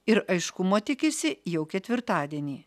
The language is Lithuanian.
ir aiškumo tikisi jau ketvirtadienį